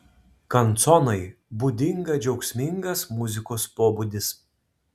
kanconai būdinga džiaugsmingas muzikos pobūdis